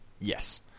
Yes